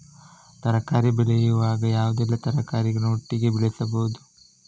ತರಕಾರಿ ಬೆಳೆಯುವಾಗ ಯಾವುದೆಲ್ಲ ತರಕಾರಿಗಳನ್ನು ಒಟ್ಟಿಗೆ ಬೆಳೆಸಬಹುದು?